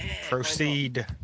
Proceed